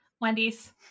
Wendy's